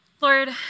Lord